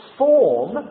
form